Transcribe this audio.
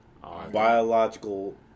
biological